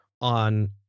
on